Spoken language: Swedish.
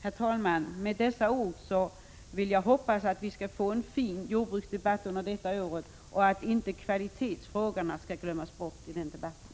Herr talman! Med dessa ord har jag velat uttrycka en förhoppning att vi skall få en fin jordbruksdebatt under detta år och att kvalitetsfrågorna inte skall glömmas bort i den debatten.